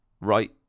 Right